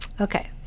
Okay